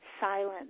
silence